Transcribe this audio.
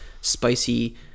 spicy